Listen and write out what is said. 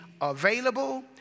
available